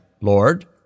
Lord